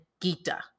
Gita